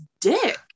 dick